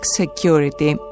security